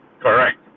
correct